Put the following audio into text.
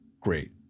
Great